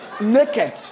naked